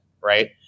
right